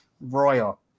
royal